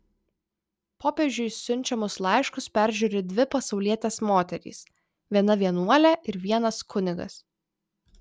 popiežiui siunčiamus laiškus peržiūri dvi pasaulietės moterys viena vienuolė ir vienas kunigas